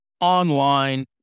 online